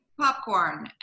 popcorn